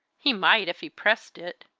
he might, if he pressed it!